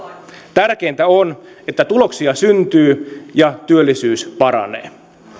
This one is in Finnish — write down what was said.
tärkeintä on että tuloksia syntyy ja työllisyys paranee